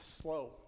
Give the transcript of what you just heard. slow